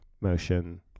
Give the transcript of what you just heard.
motion